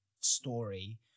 story